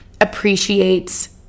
appreciates